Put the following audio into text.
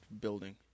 building